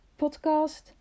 podcast